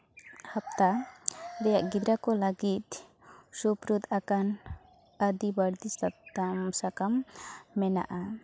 ᱦᱟᱯᱛᱟ ᱨᱮᱭᱟᱜ ᱜᱤᱫᱽᱨᱟᱹ ᱠᱚ ᱞᱟᱹᱜᱤᱫ ᱥᱩᱯᱨᱩᱛ ᱟᱠᱟᱱ ᱟᱹᱫᱤ ᱵᱟᱲᱛᱤ ᱥᱟᱠᱟᱢ ᱢᱮᱱᱟᱜᱼᱟ